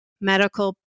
medical